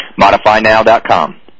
ModifyNow.com